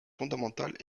fondamentale